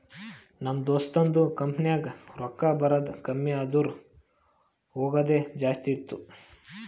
ನಮ್ ದೋಸ್ತದು ಕಂಪನಿನಾಗ್ ರೊಕ್ಕಾ ಬರದ್ ಕಮ್ಮಿ ಆದೂರ್ ಹೋಗದೆ ಜಾಸ್ತಿ ಇತ್ತು